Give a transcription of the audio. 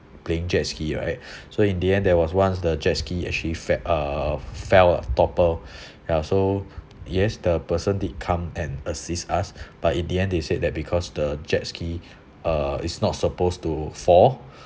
playing jet ski right so in the end there was once the jet ski actually fell uh fell toppled ya so yes the person did come and assist us but in the end they said that because the jet ski uh is not supposed to fall